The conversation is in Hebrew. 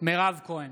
מירב כהן,